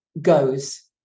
goes